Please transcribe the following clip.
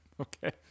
Okay